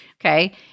okay